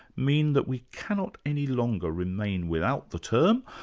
mean that we cannot any longer remain without the term,